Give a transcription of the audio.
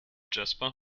jasper